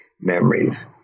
memories